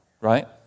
right